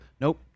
Nope